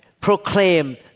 proclaim